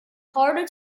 harder